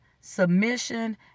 submission